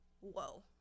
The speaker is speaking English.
whoa